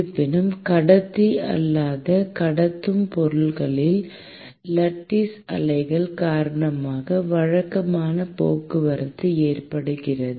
இருப்பினும் கடத்தி அல்லாத கடத்தும் பொருளில் லட்டீஸ் அலைகள் காரணமாக வழக்கமான போக்குவரத்து ஏற்படுகிறது